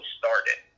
started